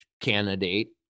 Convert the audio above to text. candidate